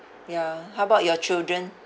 ya how about your children